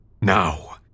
Now